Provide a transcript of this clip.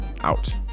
Out